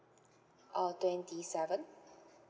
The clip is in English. uh twenty seven